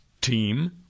team